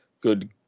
good